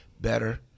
better